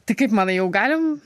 tai kaip manai jau galim